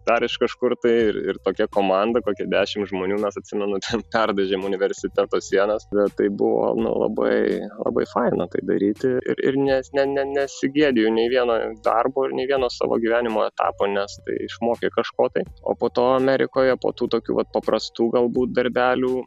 dar iš kažkur tai ir ir tokia komanda kokį dešimt žmonių mes atsimenu ten perdažėm universiteto sienas ne tai buvo labai labai faina tai daryti ir ir nes ne ne nesigėdiju nei vieno darbo nei vieno savo gyvenimo etapo nes tai išmokė kažko tai o po to amerikoje po tų tokių vat paprastų galbūt darbelių